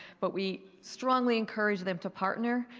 but we strongly encourage them to partner,